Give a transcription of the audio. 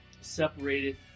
separated